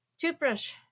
Toothbrush